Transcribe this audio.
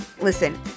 Listen